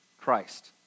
Christ